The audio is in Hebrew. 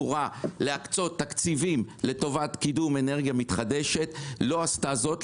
להקצות תקציבים לטובת קידום אנרגיה מתחדשת לא עשתה זאת,